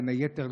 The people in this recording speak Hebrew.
בין היתר,